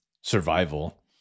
survival